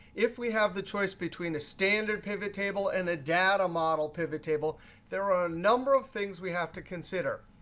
if we have the choice between a standard pivottable and a data model pivottable, there are a number of things we have to consider.